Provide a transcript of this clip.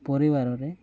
ପରିବାରରେ